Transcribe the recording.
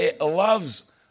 loves